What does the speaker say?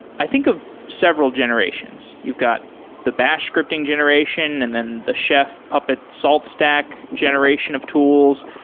i think of several generations. you've got the bash scripting generation, and then the chef, puppet, salt stack generation of tools,